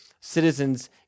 citizens